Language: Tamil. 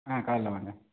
ஆ காலைல வாங்க